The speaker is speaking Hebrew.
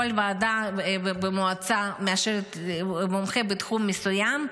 כל ועדה במועצה מאשרת מומחה בתחום מסוים,